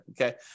okay